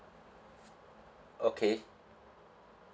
okay